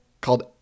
called